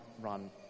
run